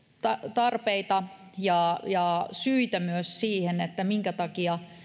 tarpeita ja ja myös syitä siihen minkä takia